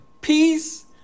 peace